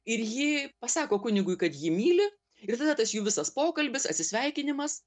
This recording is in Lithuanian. ir ji pasako kunigui kad jį myli ir tada tas jų visas pokalbis atsisveikinimas